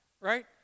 right